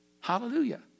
Hallelujah